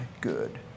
good